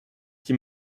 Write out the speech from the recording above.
qui